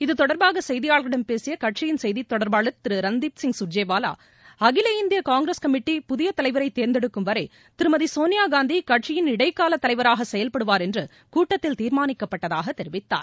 இத்தொடர்பாக செய்தியாளர்களிடம் பேசிய கட்சியின் செய்தித்தொடர்பாளர் திரு ரன்தீப் கர்ஜேவாவா அகில இந்திய காங்கிரஸ் கமிட்டி புதிய தலைவரை தேர்ந்தெடுக்கும் வரை திருமதி சோனியாகாந்தி கட்சியின் இடைக்கால தலைவராக செயல்படுவார் என்று கூட்டத்தில் தீர்மாளிக்கப்பட்டதாக தெரிவித்தார்